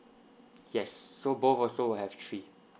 yes so both also have three